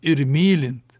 ir mylint